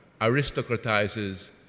aristocratizes